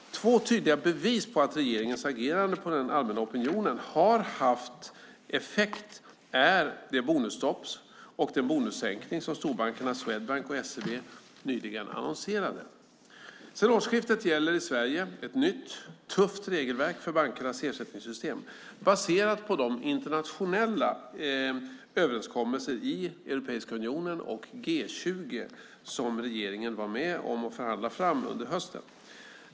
Två tydliga bevis på att regeringens agerande och den allmänna opinionen har haft effekt är det bonusstopp och den bonussänkning som storbankerna Swedbank och SEB nyligen annonserade. Sedan årsskiftet gäller i Sverige ett nytt, tufft regelverk för bankernas ersättningssystem, baserat på de internationella överenskommelser i Europeiska unionen och G20 som regeringen var med om att förhandla fram under hösten.